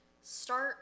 start